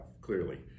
clearly